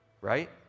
right